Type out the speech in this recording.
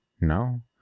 No